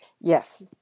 yes